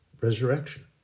resurrection